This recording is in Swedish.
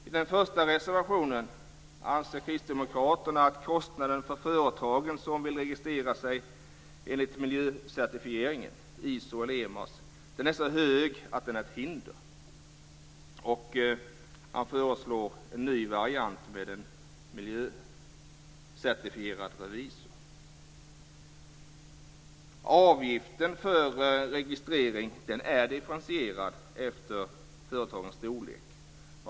I den första reservationen anser kristdemokraterna att kostnaden för företag som vill registrera sig enligt miljöcertifieringen, ISO eller EMAS, är så hög att den är ett hinder. Man föreslår en ny variant med en mljöcertifierad revisor. Avgiften för registrering är differentierad efter företagens storlek.